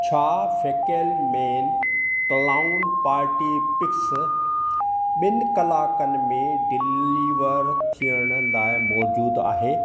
छा फैकेलमेन clown party पिक्स ॿिनि कलाकनि में डिलीवर थियण लाइ मौजूदु आहे